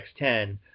X10